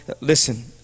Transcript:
listen